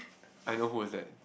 I know who is that